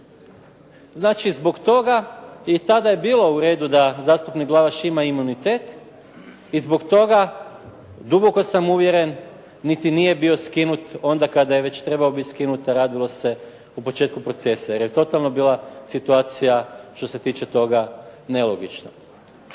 Znači, zbog toga i tada je bilo u redu da zastupnik Glavaš ima imunitet i zbog toga duboko sam uvjeren niti nije bio skinut onda kada je već trebao biti skinut a radilo se o početku procesa jer je totalno bila situacija što se tiče toga nelogična.